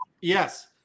yes